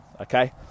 okay